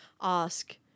ask